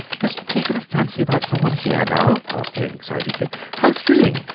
has he taken a fancy about some one here now? asked jane excitedly how thrilling!